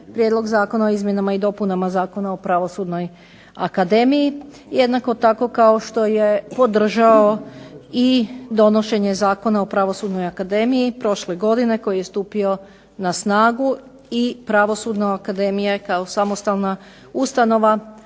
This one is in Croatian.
Prijedlog zakona o izmjenama i dopunama Zakona o Pravosudnoj akademiji jednako tako kao što je podržao donošenje Zakona o Pravosudnoj akademiji prošle godine koji je stupio na snagu i Pravosudna akademija je počela sa